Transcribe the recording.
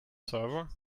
server